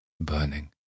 Burning